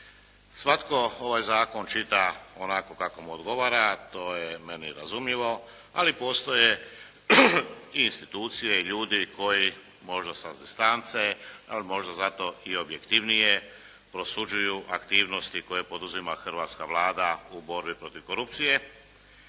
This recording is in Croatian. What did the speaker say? Svatko ovaj zakon čita onako kako mu odgovara, to je meni razumljivo, ali postoje i institucije i ljudi koji možda sa distance, ali možda zato i objektivnije prosuđuju aktivnosti koje poduzima hrvatska Vlada u borbi protiv korupcije